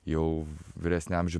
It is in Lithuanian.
jau vyresnį amžių